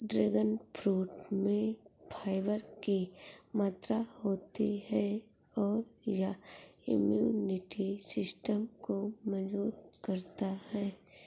dragon fruit में fibre की मात्रा होती है और यह इम्यूनिटी सिस्टम को मजबूत करता है